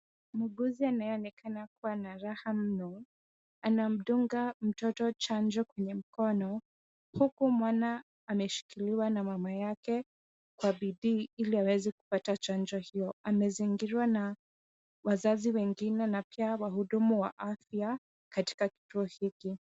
Mhuguzi anayeonekana kuwa na raha mno anamdunga mtoto chanjo kwenye mkono huku mwana ameshikiliwa na mama yake kwa bidii ili aweze kupata chanjo hiyo. Amezingirwa na wazazi wengine na pia wahudumu wa afya katika kituo hiki.